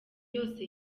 yose